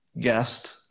guest